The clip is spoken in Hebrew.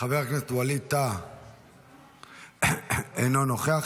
חבר הכנסת ווליד טאהא, אינו נוכח.